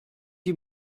die